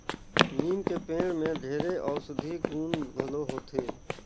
लीम के पेड़ में ढेरे अउसधी गुन घलो होथे